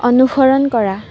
অনুসৰণ কৰা